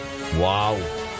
wow